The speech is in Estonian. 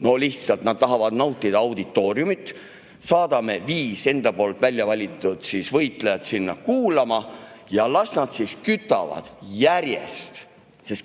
No lihtsalt nad tahavad nautida auditooriumit. Saadame viis enda välja valitud võitlejat sinna kuulama ja las nad siis kütavad järjest.